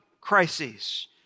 crises